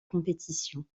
compétition